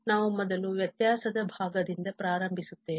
ಆದ್ದರಿಂದ ನಾವು ಮೊದಲು ವ್ಯತ್ಯಾಸದ ಭಾಗದಿಂದ ಪ್ರಾರಂಭಿಸುತ್ತೇವೆ